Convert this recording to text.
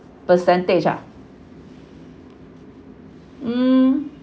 percentage ah mm